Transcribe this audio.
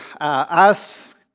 ask